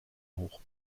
hoch